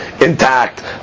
intact